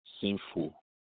sinful